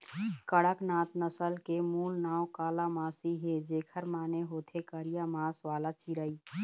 कड़कनाथ नसल के मूल नांव कालामासी हे, जेखर माने होथे करिया मांस वाला चिरई